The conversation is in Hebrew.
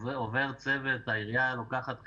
עובר צוות, העירייה לוקחת חברה,